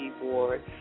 keyboard